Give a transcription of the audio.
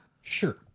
sure